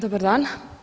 Dobar dan.